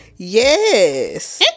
Yes